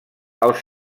els